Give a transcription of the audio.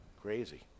crazy